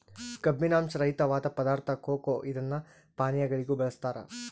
ಕಬ್ಬಿನಾಂಶ ರಹಿತವಾದ ಪದಾರ್ಥ ಕೊಕೊ ಇದನ್ನು ಪಾನೀಯಗಳಿಗೂ ಬಳಸ್ತಾರ